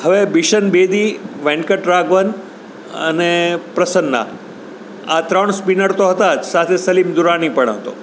હવે બિશન બેદી વ્યંકટ રાઘવન અને પ્રસન્ના આ ત્રણ સ્પીનડ તો હતા જ સાથે સલીમ દુરાની પણ હતો